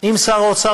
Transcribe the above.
עם שר האוצר,